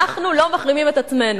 אנחנו לא מחרימים את עצמנו.